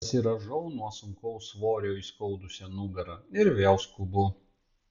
pasirąžau nuo sunkaus svorio įskaudusią nugarą ir vėl skubu